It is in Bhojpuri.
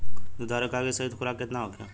दुधारू गाय के सही खुराक केतना होखे?